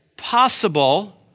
possible